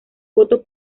votos